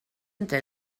entre